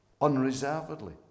unreservedly